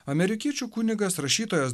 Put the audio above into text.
amerikiečių kunigas rašytojas